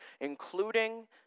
including